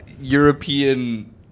european